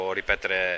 ripetere